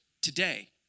today